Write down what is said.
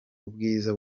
ubwiza